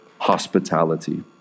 hospitality